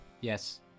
Yes